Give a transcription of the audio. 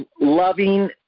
loving